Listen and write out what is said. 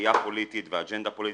ראייה פוליטית ואג'נדה פוליטית,